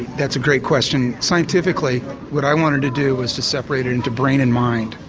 that's a great question. scientifically what i wanted to do was to separate into brain and mind.